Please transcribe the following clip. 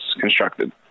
constructed